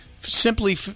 simply